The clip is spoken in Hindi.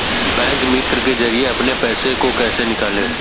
बैंक मित्र के जरिए अपने पैसे को कैसे निकालें?